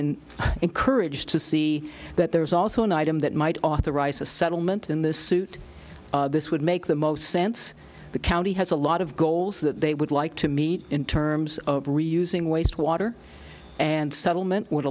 and encouraged to see that there's also an item that might authorize a settlement in this suit this would make the most sense the county has a lot of goals that they would like to meet in terms of reusing waste water and settlement would